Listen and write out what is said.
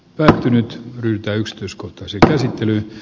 päätynyt ryntäykset uskottaisikaan sen yli